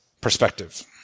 Perspective